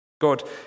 God